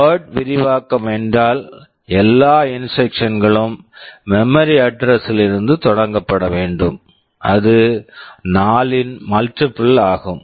word word விரிவாக்கம் என்றால் எல்லா இன்ஸ்ட்ரக்க்ஷன்ஸ் instructions களும் மெமரி memory அட்ரஸ் address லிருந்து தொடங்கப்பட வேண்டும் அது 4 இன் மல்டிபிள் multiple ஆகும்